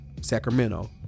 Sacramento